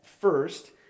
first